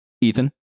Ethan